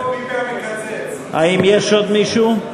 האם יש עוד מישהו?